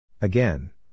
Again